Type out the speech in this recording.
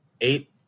eight